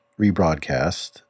rebroadcast